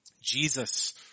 Jesus